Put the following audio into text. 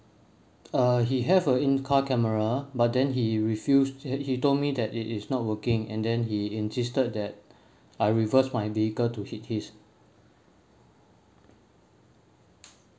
uh he have a in car camera but then he refuse he he told me that it is not working and then he insisted that I reversed my vehicle to hit his